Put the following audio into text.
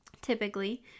typically